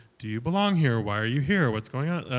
do you belong here? why are you here? what's going on?